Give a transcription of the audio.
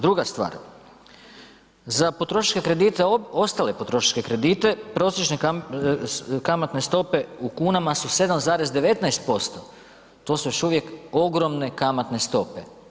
Druga stvar, za potrošačke kredite, ostale potrošačke kredite prosječne kamatne stope u kunama su 7,19%, to su još uvijek ogromne kamatne stope.